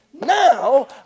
now